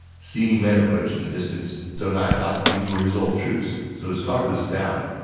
seeing men approach in the distance, deng ai thought these were his old troops, so his guard was down.